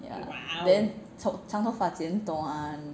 ya then 长头发剪短